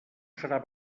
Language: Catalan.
serà